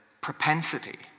propensity